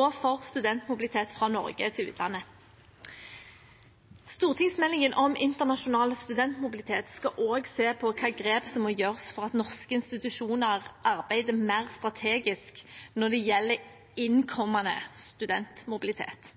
og for studentmobilitet fra Norge til utlandet. Stortingsmeldingen om internasjonal studentmobilitet skal også se på hvilke grep som må gjøres for at norske institusjoner arbeider mer strategisk når det gjelder innkommende studentmobilitet.